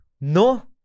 no